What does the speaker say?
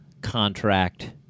contract